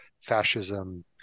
fascism